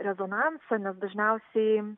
rezonansą nes dažniausiai